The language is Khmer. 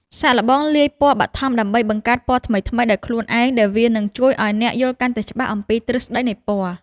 សាកល្បងលាយពណ៌បឋមដើម្បីបង្កើតពណ៌ថ្មីៗដោយខ្លួនឯងដែលវានឹងជួយឱ្យអ្នកយល់កាន់តែច្បាស់អំពីទ្រឹស្តីនៃពណ៌។